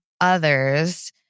others